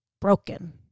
Broken